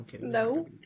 No